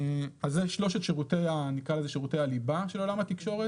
אלה שלושת שירותי הליבה של עולם התקשורת.